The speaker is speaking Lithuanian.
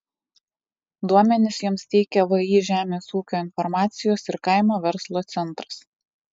duomenis joms teikia vį žemės ūkio informacijos ir kaimo verslo centras